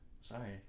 Sorry